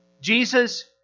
Jesus